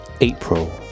April